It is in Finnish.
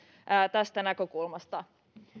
tästä näkökulmasta